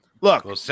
Look